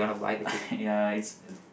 ya it's a